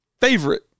favorite